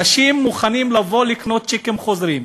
אנשים מוכנים לבוא ולקנות צ'קים חוזרים,